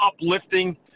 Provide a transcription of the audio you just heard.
uplifting